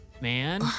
man